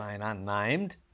unnamed